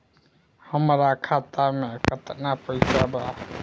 हमरा खाता मे केतना पैसा बा?